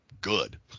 good